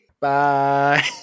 Bye